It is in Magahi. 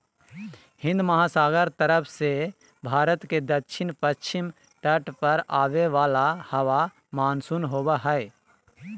हिन्दमहासागर तरफ से भारत के दक्षिण पश्चिम तट पर आवे वाला हवा मानसून होबा हइ